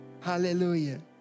Hallelujah